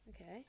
Okay